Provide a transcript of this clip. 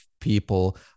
people